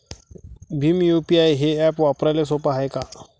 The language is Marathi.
भीम यू.पी.आय हे ॲप वापराले सोपे हाय का?